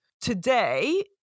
Today